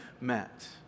met